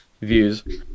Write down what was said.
views